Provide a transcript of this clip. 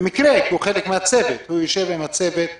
במקרה עם הצוות בשפרעם.